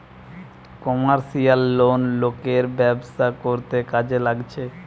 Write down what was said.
commercial loan লোকের ব্যবসা করতে কাজে লাগছে